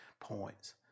points